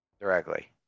directly